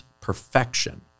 perfection